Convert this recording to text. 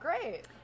great